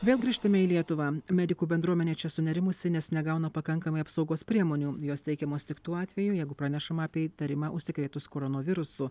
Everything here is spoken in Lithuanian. vėl grįžtame į lietuvą medikų bendruomenė čia sunerimusi nes negauna pakankamai apsaugos priemonių jos teikiamos tik tuo atveju jeigu pranešama apie įtarimą užsikrėtus koronovirusu